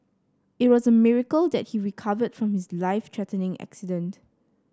it was a miracle that he recovered from his life threatening accident